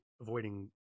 avoiding